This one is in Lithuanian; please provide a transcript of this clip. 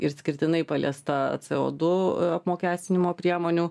išskirtinai paliesta c o du apmokestinimo priemonių